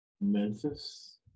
Memphis